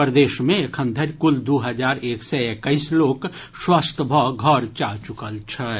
प्रदेश मे एखन धरि कुल दु हजार एक सय एक्कैस लोक स्वस्थ भऽ घर जा चुकल छथि